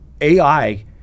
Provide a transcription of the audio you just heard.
AI